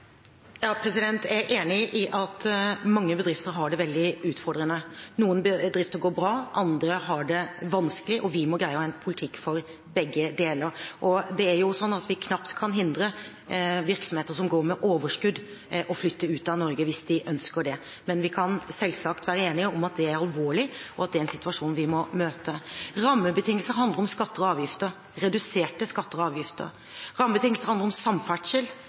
Jeg er enig i at mange bedrifter har det veldig utfordrende. Noen bedrifter går bra, andre har det vanskelig, og vi må greie å ha en politikk for begge deler. Det er jo sånn at vi knapt kan hindre virksomheter som går med overskudd, å flytte ut av Norge hvis de ønsker det, men vi kan selvsagt være enige om at det er alvorlig, og at det er en situasjon vi må møte. Rammebetingelser handler om skatter og avgifter – reduserte skatter og avgifter. Rammebetingelser handler om samferdsel,